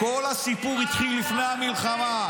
-- כל הסיפור התחיל לפני המלחמה,